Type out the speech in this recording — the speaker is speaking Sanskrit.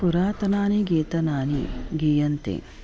पुरातनानि गीतानि गीयन्ते